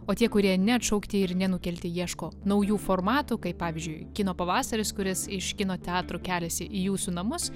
o tie kurie neatšaukti ir nenukelti ieško naujų formatų kaip pavyzdžiui kino pavasaris kuris iš kino teatrų keliasi į jūsų namus